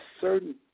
certain